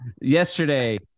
Yesterday